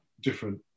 different